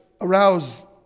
arouse